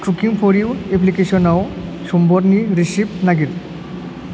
कुकिं फर इउ एप्लिकेशनाव सम्बरनि रिसिपि नागिर